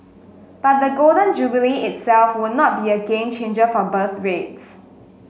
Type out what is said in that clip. but the Golden Jubilee itself would not be a game changer for birth rates